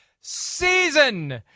season